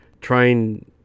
trying